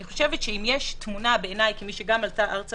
אני חושבת שאם יש תמונה כמי שגם עלתה ארצה